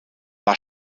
war